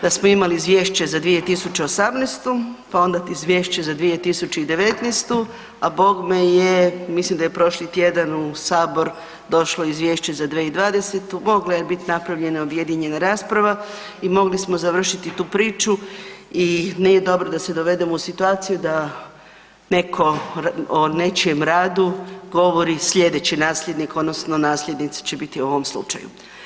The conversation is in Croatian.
Da smo imali izvješće za 2018., pa onda izvješće za 2019., a bogme je, mislim da je prošli tjedan u sabor došlo izvješće za 2020., mogla je bit napravljena objedinjena rasprava i mogli smo završiti tu priču i nije dobro da se dovedemo u situaciju da neko o nečijem radu govori slijedeći nasljednik odnosno nasljednica će biti u ovom slučaju.